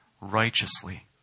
righteously